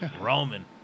Roman